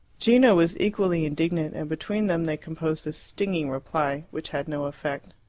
gino was equally indignant, and between them they composed a stinging reply, which had no effect.